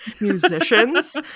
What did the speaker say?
musicians